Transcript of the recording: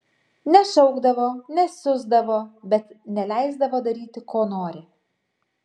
nešaukdavo nesiusdavo bet neleisdavo daryti ko nori